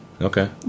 Okay